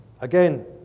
again